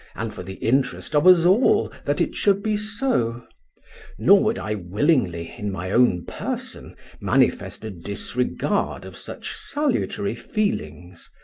and for the interest of us all, that it should be so nor would i willingly in my own person manifest a disregard of such salutary feelings,